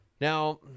Now